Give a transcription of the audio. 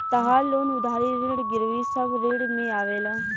तहार लोन उधारी ऋण गिरवी सब ऋण में आवेला